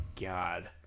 God